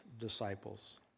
disciples